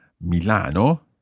Milano